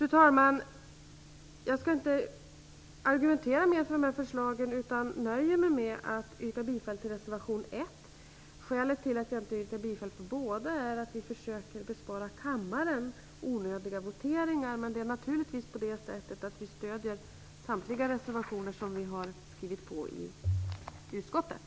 Fru talman! Jag skall inte argumentera mer för dessa förslag, utan nöjer mig med att yrka bifall till reservation 1. Skälet till att jag inte yrkar bifall till båda reservationerna är att vi försöker bespara kammaren onödiga voteringar. Naturligtvis stödjer vi Moderater samtliga reservationer i betänkandet som vi har skrivit under.